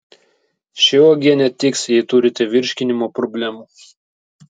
ši uogienė tiks jei turite virškinimo problemų